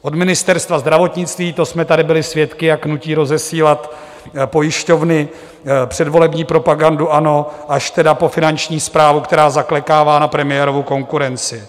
Od Ministerstva zdravotnictví, to jsme tady byli svědky, jak nutí rozesílat pojišťovny předvolební propagandu ANO, až po finanční správu, která zaklekává na premiérovu konkurenci.